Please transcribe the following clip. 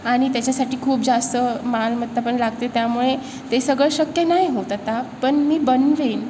आणि त्याच्यासाठी खूप जास्त मालमत्ता पण लागते त्यामुळे ते सगळं शक्य नाही होत आता पण मी बनवेन